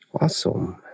Awesome